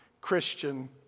Christian